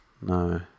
No